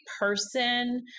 person